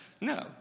No